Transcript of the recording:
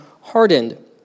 hardened